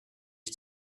ich